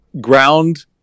ground